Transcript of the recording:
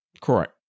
Correct